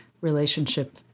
relationship